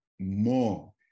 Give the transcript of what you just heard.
more